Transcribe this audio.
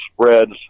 spreads